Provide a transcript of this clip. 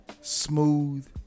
smooth